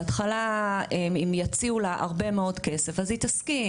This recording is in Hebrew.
בהתחלה אם יציעו לה הרבה מאוד כסף, אז היא תסכים.